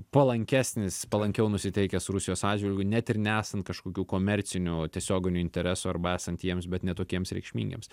palankesnis palankiau nusiteikęs rusijos atžvilgiu net ir nesant kažkokių komercinių tiesioginių interesų arba esant jiems bet ne tokiems reikšmingiems